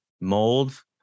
mold